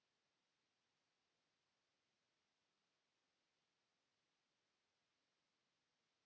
Kiitos.